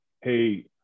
Hey